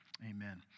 Amen